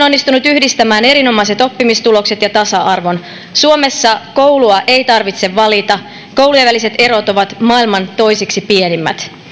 onnistunut yhdistämään erinomaiset oppimistulokset ja tasa arvon suomessa koulua ei tarvitse valita koulujen väliset erot ovat maailman toiseksi pienimmät